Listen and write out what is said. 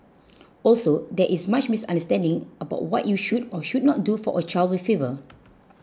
also there is much misunderstanding about what you should or should not do for a child with fever